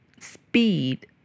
speed